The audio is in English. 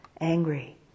angry